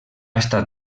estat